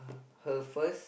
her first